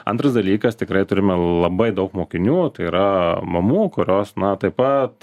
antras dalykas tikrai turime labai daug mokinių tai yra mamų kurios na taip pat